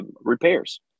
repairs